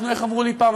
איך אמרו לי פעם,